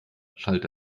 schallte